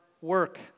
work